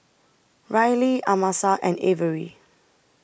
Rylee Amasa and Averi